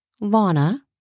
Lana